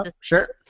Sure